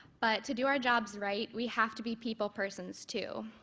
but to do our jobs right, we have to be people persons too,